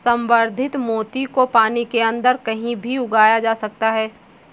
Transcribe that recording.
संवर्धित मोती को पानी के अंदर कहीं भी उगाया जा सकता है